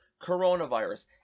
coronavirus